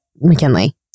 McKinley